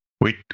Wait